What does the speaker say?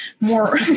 more